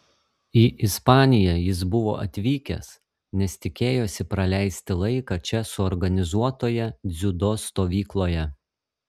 į ispaniją jis buvo atvykęs nes tikėjosi praleisti laiką čia suorganizuotoje dziudo stovykloje